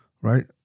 right